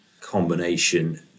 combination